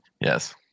yes